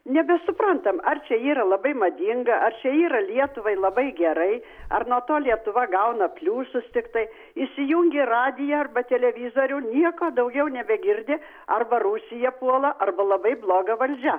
nebesuprantam ar čia yra labai madinga ar čia yra lietuvai labai gerai ar nuo to lietuva gauna pliusus tiktai įsijungi radiją arba televizorių nieko daugiau nebegirdi arba rusija puola arba labai bloga valdžia